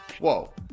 Whoa